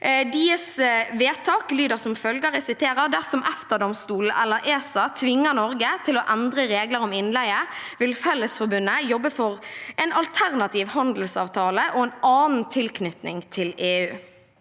Deres vedtak lyder som følger: «Dersom EFTA domstolen eller ESA tvinger Norge til å endre regler om innleie, vil Fellesforbundet jobbe for en alternativ handelsavtale og annen tilknytning til EØS.»